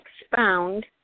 expound